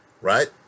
Right